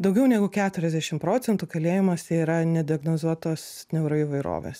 daugiau negu keturiasdešim procentų kalėjimuose yra nediagnozuotos neuroįvairovės